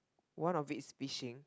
one of it is fishing